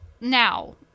now